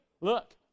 look